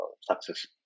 success